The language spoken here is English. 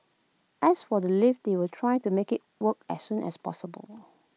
as for the lift they will try to make IT work as soon as possible